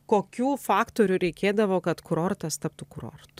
kokių faktorių reikėdavo kad kurortas taptų kurortu